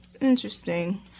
Interesting